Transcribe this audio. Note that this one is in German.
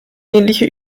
ähnliche